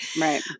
right